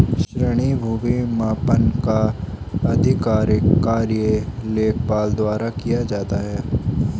कृषि भूमि मापन का आधिकारिक कार्य लेखपाल द्वारा किया जाता है